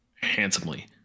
Handsomely